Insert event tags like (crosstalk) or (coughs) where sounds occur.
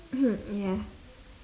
(coughs) ya